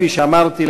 כפי שאמרתי,